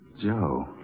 Joe